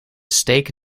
steak